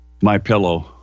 MyPillow